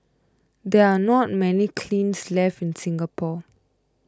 there are not many kilns left in Singapore